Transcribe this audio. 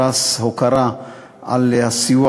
הוא גם היה אמור לקבל מאתנו פרס הוקרה על הסיוע